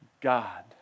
God